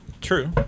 True